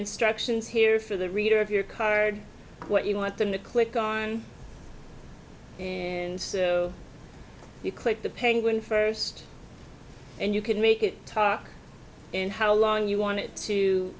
instructions here for the reader of your card what you want them to click on and so you click the penguin first and you can make it talk in how long you want it to